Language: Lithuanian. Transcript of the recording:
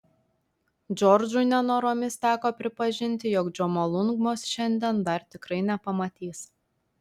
džordžui nenoromis teko pripažinti jog džomolungmos šiandien dar tikrai nepamatys